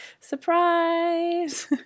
surprise